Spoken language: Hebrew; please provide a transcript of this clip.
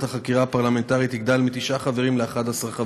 החקירה הפרלמנטרית יגדל מתשעה ל-11.